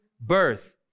birth